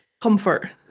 Comfort